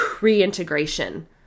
reintegration